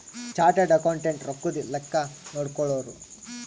chartered accountant ರೊಕ್ಕದ್ ಲೆಕ್ಕ ನೋಡ್ಕೊಳೋರು